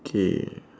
K